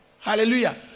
Hallelujah